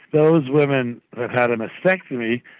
those women that had a mastectomy,